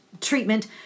Treatment